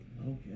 Okay